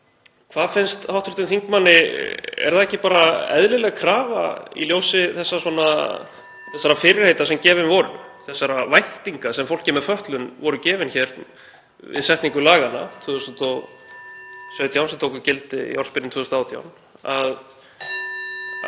Hvað finnst hv. þingmanni? Er það ekki bara eðlileg krafa í ljósi þeirra fyrirheita sem gefin voru, þeirra væntinga sem fólki með fötlun voru gefnar hér við setningu laganna 2017, sem tóku gildi í ársbyrjun 2018,